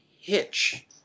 Hitch